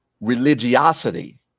religiosity